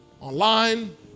online